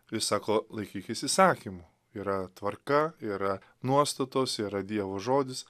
jis sako laikykis įsakymų yra tvarka yra nuostatos yra dievo žodis